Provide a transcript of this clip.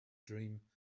dream